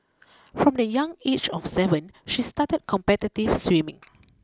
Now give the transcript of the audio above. from the young age of seven she started competitive swimming